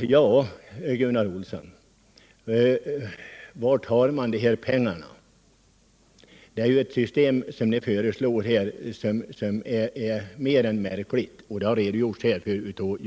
i bidrag till det inre stödområdet. Men varifrån skall dessa pengar tas? Jo, från andra skogsägare. Det system som ni föreslår är mer än märkligt.